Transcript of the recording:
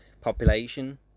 population